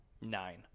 Nine